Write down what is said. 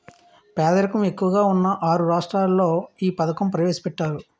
పేదరికం ఎక్కువగా ఉన్న ఆరు రాష్ట్రాల్లో ఈ పథకం ప్రవేశపెట్టారు